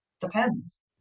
depends